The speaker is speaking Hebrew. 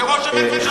זה ראש הממשלה.